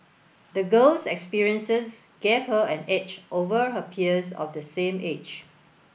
the girl's experiences gave her an edge over her peers of the same age